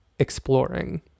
exploring